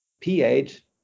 pH